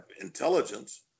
intelligence